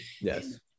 yes